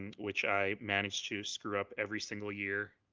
and which i managed to screw up every single year.